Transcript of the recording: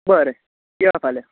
बरें या फाल्यां